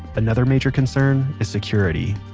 but another major concern is security.